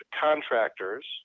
contractors